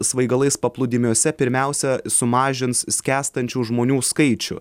svaigalais paplūdimiuose pirmiausia sumažins skęstančių žmonių skaičių